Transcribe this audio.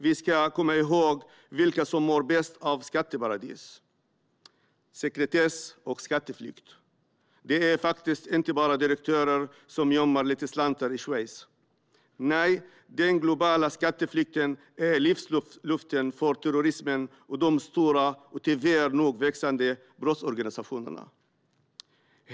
Vi ska komma ihåg vilka som mår bäst av skatteparadis, sekretess och skatteflykt. Det är faktiskt inte bara direktörer som gömmer några slantar i Schweiz. Nej, den globala skatteflykten är livsluften för terrorismen och de stora och tyvärr nog växande brottsorganisationerna.